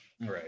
Right